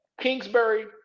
Kingsbury